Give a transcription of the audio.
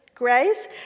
Grace